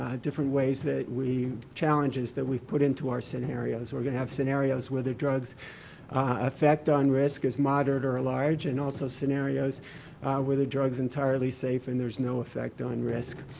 ah different ways that we, challenges that we put into our scenarios. we're gonna have scenarios where the drug's effect on risk is moderate or large and also scenarios where the drug's entirely safe and there's no effect on risk.